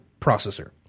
processor